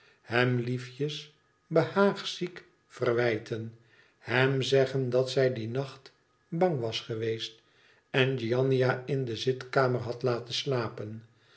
hem liefjes behaagziek verwijten hem zeggen dat zij dien nacht bang was geweest en giannina in de zitkamer had laten slapen